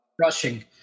rushing